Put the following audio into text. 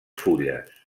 fulles